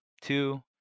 two